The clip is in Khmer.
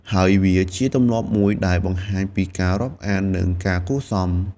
ហើយវាជាទម្លាប់មួយដែលបង្ហាញពីការរាប់អាន និងការគួរសម។